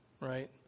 right